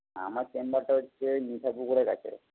আমার চেম্বারটা হচ্ছে নিশা পুকুরের কাছে